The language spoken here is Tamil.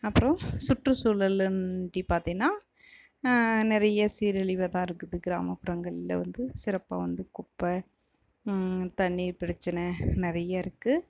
அப்புறம் சுற்று சூழல்லுன்டி பார்த்தீன்னா நிறைய சீரழிவா தான் இருக்குது கிராமப்புறங்களில் வந்து சிறப்பாக வந்து குப்பை தண்ணீர் பிரச்சின நிறைய இருக்குது